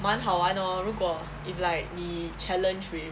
蛮好玩 oh 如果 if like 你 challenge with